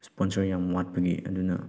sponsor ꯌꯥꯝ ꯋꯥꯠꯄꯒꯤ ꯑꯗꯨꯅ